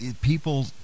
people